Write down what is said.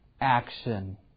action